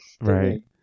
right